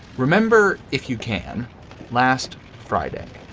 remember, if you can last friday.